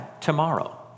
tomorrow